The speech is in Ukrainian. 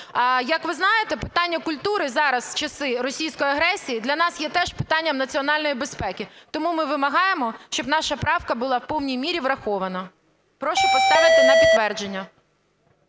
Як ви знаєте, питання культури зараз, в часи російської агресії, для нас є теж питанням національної безпеки. Тому ми вимагаємо, щоб наша правка була в повній мірі врахована. Прошу поставити на підтвердження.